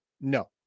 No